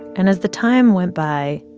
and as the time went by,